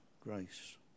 grace